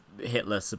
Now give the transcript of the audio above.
Hitler